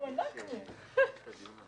הוא לא מאשר את הזום.